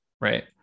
right